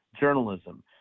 journalism